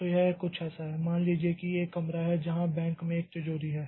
तो यह कुछ ऐसा है मान लीजिए कि एक कमरा है जहां बैंक में एक तिजोरी है